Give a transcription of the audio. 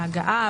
ההגעה,